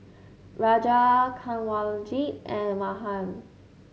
Raja Kanwaljit and Mahan